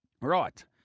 Right